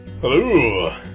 Hello